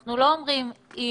אנחנו לא אומרים אם